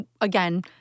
Again